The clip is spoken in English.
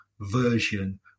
version